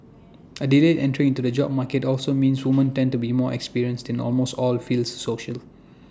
A delayed entry into the job market also means woman tend to be more experienced in almost all fields social